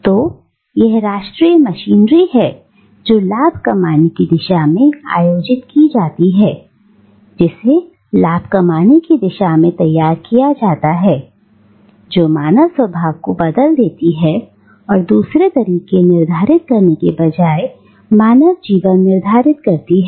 तो यह राष्ट्रीय मशीनरी है जो कि लाभ कमाने की दिशा में आयोजित की जाती है जिसे लाभ कमाने की दिशा में तैयार किया जाता है जो मानव स्वभाव को बदल देती है और दूसरे तरीके निर्धारित करने के बजाए मानव जीवन निर्धारित करती है